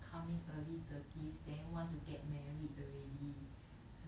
coming early thirties then want to get married already